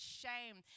shame